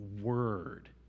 word